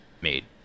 made